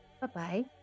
bye-bye